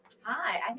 Hi